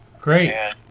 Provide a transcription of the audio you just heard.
Great